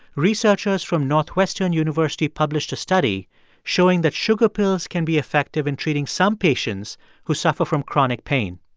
researchers from northwestern university published a study showing that sugar pills can be effective in treating some patients who suffer from chronic pain.